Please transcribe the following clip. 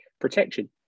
protection